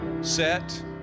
Set